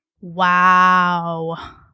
Wow